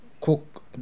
cook